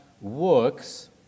works